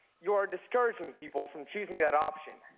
your discouraging people from choosing that option.